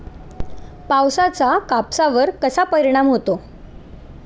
पावसाचा कापसावर कसा परिणाम होतो?